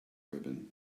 ribbon